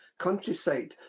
countryside